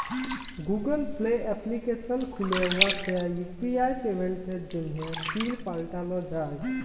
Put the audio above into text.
Google pay application খ্যুলে উয়াতে UPI পেমেল্টের জ্যনহে পিল পাল্টাল যায়